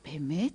באמת?